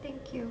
thank you